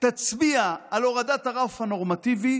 תצביע על הורדת הרף הנורמטיבי